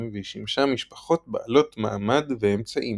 והיא שימשה משפחות בעלות מעמד ואמצעים.